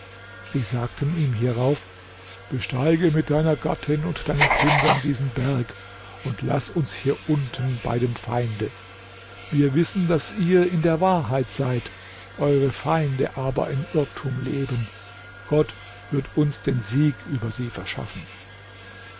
sie sagten ihm hierauf besteige mit deiner gattin und deinen kindern diesen berg und laß uns hier unten bei dem feinde wir wissen daß ihr in der wahrheit seid eure feinde aber im irrtum leben gott wird uns den sieg über sie verschaffen